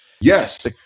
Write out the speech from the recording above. Yes